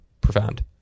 profound